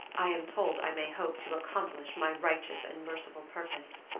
i am told i may hope to accomplish my righteous and merciful purpose.